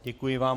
Děkuji vám.